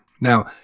Now